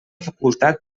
facultat